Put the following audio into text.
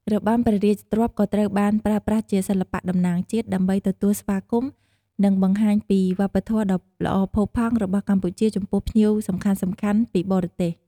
របាំព្រះរាជទ្រព្យក៏ត្រូវបានប្រើប្រាស់ជាសិល្បៈតំណាងជាតិ ដើម្បីទទួលស្វាគមន៍ និងបង្ហាញពីវប្បធម៌ដ៏ល្អផូរផង់របស់កម្ពុជាចំពោះភ្ញៀវសំខាន់ៗពីបរទេស។